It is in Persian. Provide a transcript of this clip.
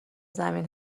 زمین